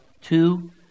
two